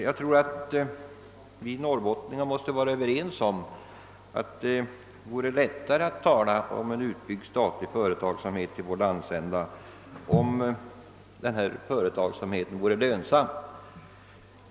Jag tror att vi norrbottningar måste vara överens om att det vore lättare att tala för en utbyggd statlig företagsamhet i vår landsända, om denna företagsamhet vore lönsam.